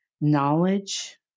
knowledge